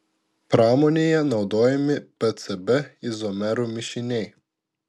pramonėje naudojami pcb izomerų mišiniai